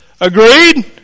Agreed